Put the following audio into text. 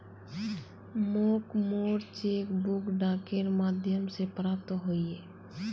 मोक मोर cheque book डाकेर माध्यम से प्राप्त होइए